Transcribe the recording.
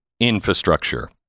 infrastructure